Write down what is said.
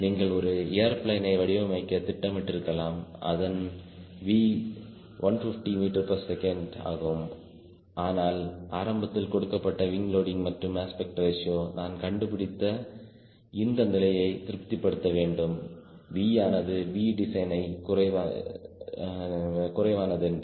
நீங்கள் ஒரு ஏர்பிளேனை வடிவமைக்க திட்டமிட்டிருக்கலாம் அதன் V 150 ms ஆகும் ஆனால் ஆரம்பத்தில் கொடுக்கப்பட்ட விங் லோடிங் மற்றும் அஸ்பெக்ட் ரேஷியோ நான் கண்டுபிடித்த இந்த நிலையை திருப்திபடுத்த வேண்டும் V ஆனது V டிசைனை குறைவானது என்று